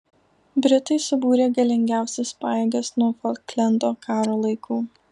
britai subūrė galingiausias pajėgas nuo folklendo karo laikų